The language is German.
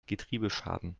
getriebeschaden